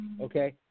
okay